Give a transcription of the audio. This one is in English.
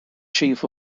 chief